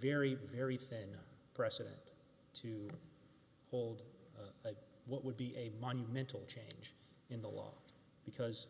very very thin precedent to hold what would be a monumental change in the law because